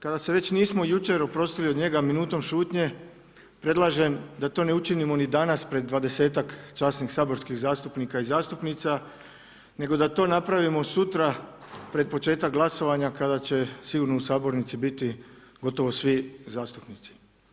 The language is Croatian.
Kada se već nismo jučer oprostili od njega minutom šutnje predlažem da to ne učinimo ni danas pred dvadesetak časnih saborskih zastupnika i zastupnica, nego da to napravimo sutra pred početak glasovanja kada će sigurno u sabornici biti gotovo svi zastupnici.